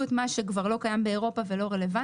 את מה שכבר לא קיים באירופה ולא רלוונטי.